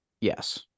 Yes